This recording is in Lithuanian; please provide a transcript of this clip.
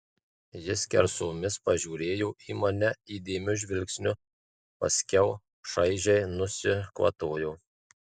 ji skersomis pažiūrėjo į mane įdėmiu žvilgsniu paskiau šaižiai nusikvatojo